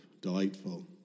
delightful